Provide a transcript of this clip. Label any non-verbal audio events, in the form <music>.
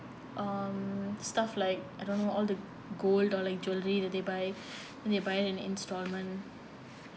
um stuff like I don't know all the gold or like jewellery that they buy <breath> they buy in instalment